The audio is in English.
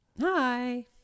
Hi